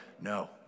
no